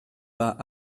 pas